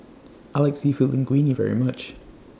I like Seafood Linguine very much